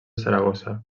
saragossa